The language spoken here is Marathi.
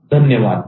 आता मात्र धन्यवाद